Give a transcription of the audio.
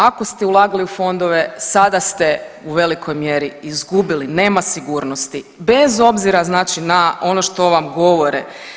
Ako ste ulagali u fondove sada ste u velikoj mjeri izgubili, nema sigurnosti bez obzira znači na ono što vam govore.